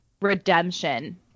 redemption